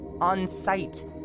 on-site